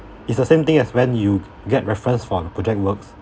it's the same thing as when you get reference for the project works